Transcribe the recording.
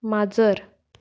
माजर